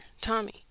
Tommy